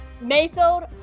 Mayfield